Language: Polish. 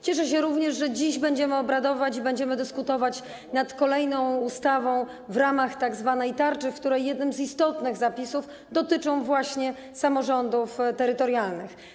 Cieszę się również, że dziś będziemy obradować i dyskutować nad kolejną ustawą w ramach tzw. tarczy, w której jedne z istotnych zapisów dotyczą właśnie samorządów terytorialnych.